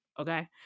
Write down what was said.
Okay